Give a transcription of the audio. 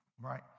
right